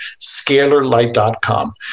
scalarlight.com